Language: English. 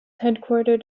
headquartered